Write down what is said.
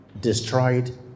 destroyed